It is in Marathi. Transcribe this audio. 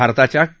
भारताच्या के